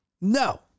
No